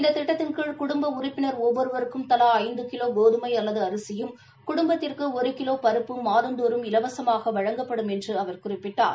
இந்த திட்டத்தின் கீழ் குடும்ப உறுப்பின் ஒவ்வொருவருக்கும் தலா ஐந்து கிலோ கோதுமை அல்லது அரிசியும் குடும்பத்திற்கு ஒரு கிலோ பருப்பும் மாதந்தோறும் இலவசமாக வழங்கப்படும் என்று குறிப்பிட்டார்